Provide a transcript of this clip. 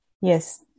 Yes